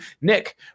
Nick